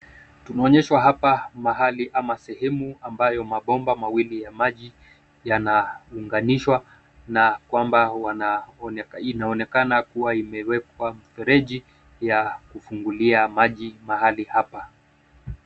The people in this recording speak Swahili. Tumeonyeshwa hapa mahali ama sehemu ambayo mabomba mawili ya maji yanaunganishwa na kwamba inaonekana kuwa imewekwa mifereji ya kufungulia maji mahali hapa.